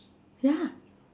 ya